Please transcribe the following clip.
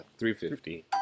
350